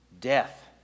death